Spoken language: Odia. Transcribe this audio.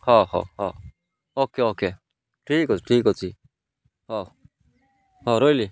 ହଉ ହଉ ହଉ ଓକେ ଓକେ ଠିକ୍ ଅଛି ଠିକ୍ ଅଛି ହଉ ହଉ ରହିଲି